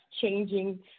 changing